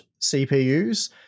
cpus